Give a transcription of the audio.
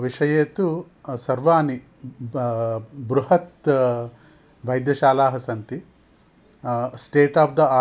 विषये तु सर्वाणि ब बृहत् वैद्यशालाः सन्ति स्टेट् ओफ़् द आर्ट्